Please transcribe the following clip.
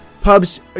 pubs